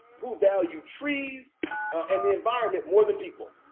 who value trees and the environment more than people.